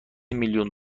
میلیون